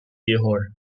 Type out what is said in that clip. ieħor